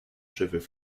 cheveux